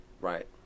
right